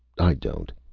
i don't.